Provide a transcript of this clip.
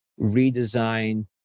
redesign